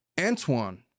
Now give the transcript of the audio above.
Antoine